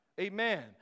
Amen